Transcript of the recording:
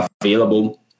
available